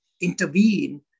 intervene